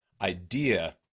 idea